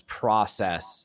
process